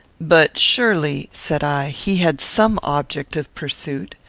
but surely, said i, he had some object of pursuit.